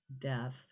Death